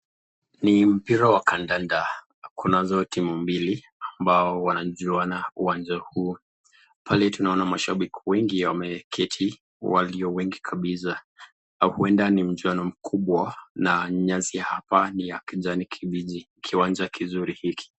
Ni mpira wa kandanda, kunazo timu mbili ambao wanachuana uwanja huu. Pale tunaona mashabiki wengi wameketi walio wengi kabisa, huenda ni mchuano kubwa na nyasi hapa ni ya kijani kibichi, kiwanja kizuri hiki.